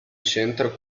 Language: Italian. centro